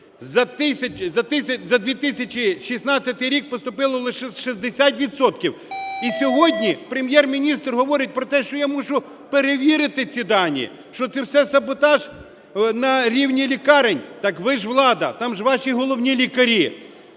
за 2016 рік поступило лише 60 відсотків. І сьогодні Прем'єр-міністр говорить про те, що я мушу перевірити ці дані, що це все саботаж на рівні лікарень. Так ви ж влада, там же ваші головні лікарі.